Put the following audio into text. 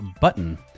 Button